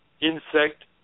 insect